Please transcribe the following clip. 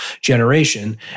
generation